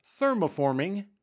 thermoforming